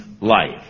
life